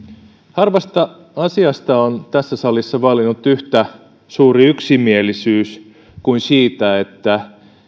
harvasta asiasta on tässä salissa vallinnut yhtä suuri yksimielisyys kuin siitä että